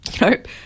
Nope